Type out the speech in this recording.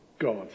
God